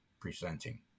presenting